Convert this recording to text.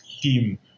team